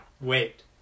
Wait